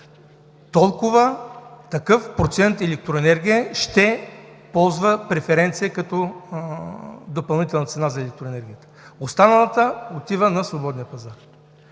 продукти, такъв процент електроенергия ще се ползва от преференцията за допълнителна цена за електроенергията. Останалата отива на свободния пазар.